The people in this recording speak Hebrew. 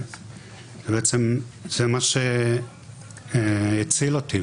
ובעצם זה מה שהציל אותי.